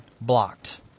blocked